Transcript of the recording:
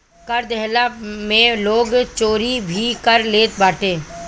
कर देहला में लोग चोरी भी कर लेत बाटे